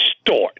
start